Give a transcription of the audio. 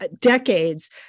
decades